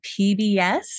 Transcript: PBS